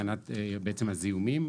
הגנת בעצם הזיהומים,